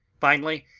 finally,